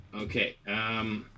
Okay